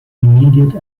immediate